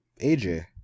AJ